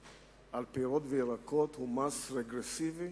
על פירות וירקות היא הטלת מס רגרסיבי?